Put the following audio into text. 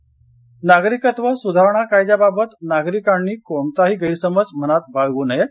ठाकरे नागरिकत्व सुधारणा कायद्याबाबत नागरिकांनी कोणताही गैरसमज मनात बाळगु नयेत